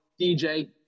DJ